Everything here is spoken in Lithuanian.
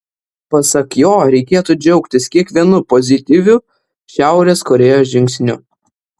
pasak jo reikėtų džiaugtis kiekvienu pozityviu šiaurės korėjos žingsniu